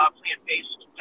plant-based